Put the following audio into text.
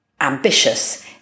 ambitious